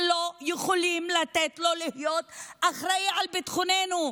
ולא יכולים לתת לו להיות אחראי לביטחוננו.